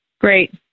Great